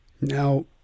Now